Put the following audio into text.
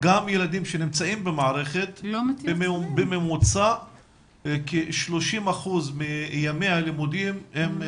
גם ילדים שנמצאים במערכת הם בממוצע כ-30% מימי הלימודים לא